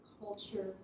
culture